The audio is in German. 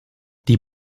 die